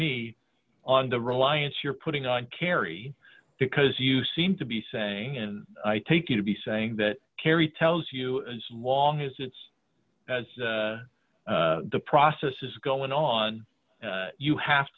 me on the reliance you're putting on kerry because you seem to be saying and i take you to be saying that kerry tells you a long as it's as the process is going on you have